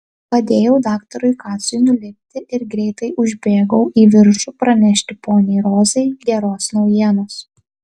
padėjau daktarui kacui nulipti ir greitai užbėgau į viršų pranešti poniai rozai geros naujienos